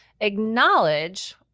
acknowledge